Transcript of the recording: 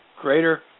greater